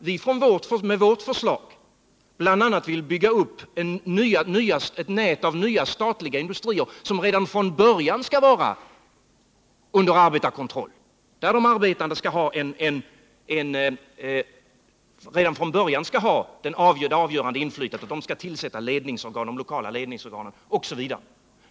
Vi vill med vårt förslag bl.a. bygga upp ett nät av nya statliga industrier som redan från början skall vara under arbetarkontroll, där de arbetande redan från början skall ha det avgörande inflytandet, tillsätta de lokala ledningsorganen osv.